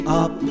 up